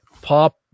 pop